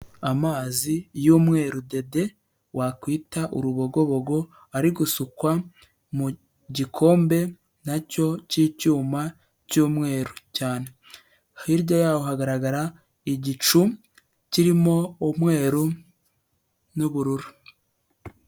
Amazi y'umweru dede wakwita urubogobogo, ari gusukwa mu gikombe na cyo cy'icyuma cy'umweru cyane, hirya y'aho hagaragara igicu kirimo umweru n'ubururu.